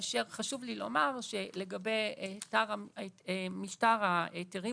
כאשר חשוב לי לומר שלגבי משטר ההיתרים